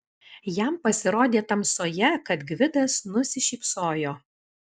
jam pasirodė tamsoje kad gvidas nusišypsojo